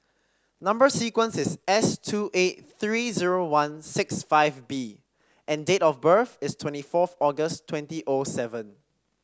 number sequence is S two eight three zero one six five B and date of birth is twenty fourth August twenty O seven